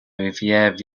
rivière